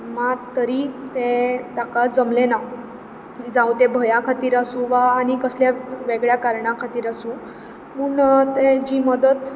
मात तरी तें ताका जमलें ना जावं ते भंया खातीर आसूं वा आनी कसल्या वेगळ्या कारणा खातीर आसूं पूण तें जी मदत